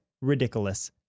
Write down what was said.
Ridiculous